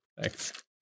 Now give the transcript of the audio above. Thanks